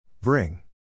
Bring